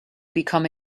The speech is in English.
become